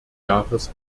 jahres